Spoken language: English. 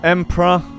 Emperor